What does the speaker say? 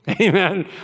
Amen